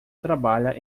trabalha